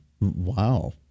Wow